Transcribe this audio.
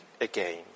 again